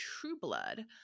Trueblood